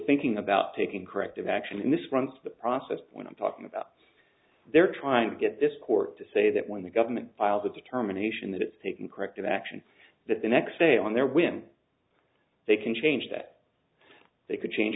thinking about taking corrective action in this front of the process when i'm talking about they're trying to get this court to say that when the government files a determination that it's taking corrective action that the next day on there when they can change that they could change